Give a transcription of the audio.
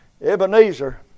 Ebenezer